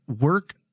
work